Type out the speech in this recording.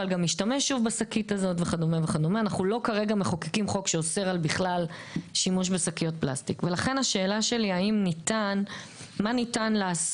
לכן מה ניתן לעשות כדי למנוע את החריגות המכוונות הגשש